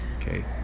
okay